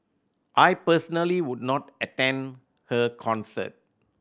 I personally would not attend her concert